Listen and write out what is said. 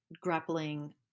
grappling